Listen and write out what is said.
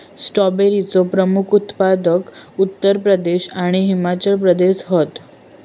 स्ट्रॉबेरीचे प्रमुख उत्पादक उत्तर प्रदेश आणि हिमाचल प्रदेश हत